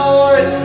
Lord